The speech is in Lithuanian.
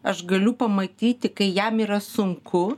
aš galiu pamatyti kai jam yra sunku